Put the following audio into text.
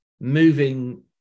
moving